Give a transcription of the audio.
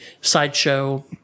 sideshow